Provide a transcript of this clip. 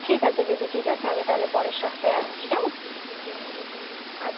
ঠিক আছে দিদি ঠিক আছে আমি তাহলে পরের সপ্তাহে আসছি কেমন আচ্ছা